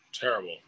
terrible